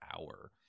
hour